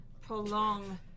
prolong